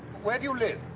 where do you live?